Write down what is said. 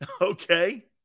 Okay